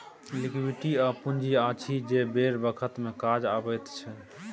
liquidity ओ पुंजी अछि जे बेर बखत मे काज अबैत छै